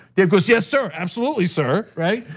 dave goes, yes, sir, absolutely sir, right?